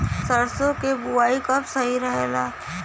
सरसों क बुवाई कब सही रहेला?